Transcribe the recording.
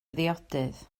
ddiodydd